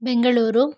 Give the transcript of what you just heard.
Bengaluru